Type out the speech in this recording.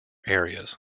areas